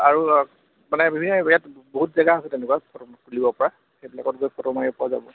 আৰু মানে ধুনীয়া ইয়াত বহুত জেগা আছে তেনেকুৱা ফটো তুলিবপৰা সেইবিলাকত গৈ ফটো মাৰিবপৰা যাব